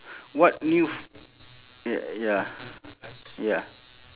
what new f~ y~ ya ya